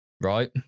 right